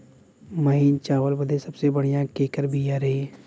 महीन चावल बदे सबसे बढ़िया केकर बिया रही?